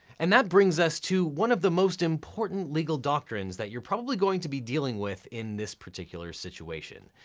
and that brings us to one of the most important legal doctrines that you're probably going to be dealing with in this particular situation.